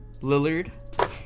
Lillard